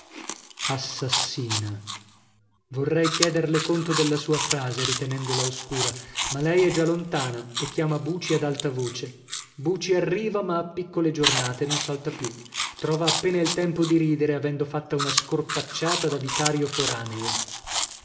quarto assassina vorrei chiederle conto della sua frase ritenendola oscura ma lei è già lontana e chiama buci ad alta voce buci arriva ma a piccole giornate non salta più trova appena il tempo di ridere avendo fatta una scorpacciata da vicario foraneo